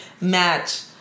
match